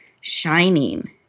shining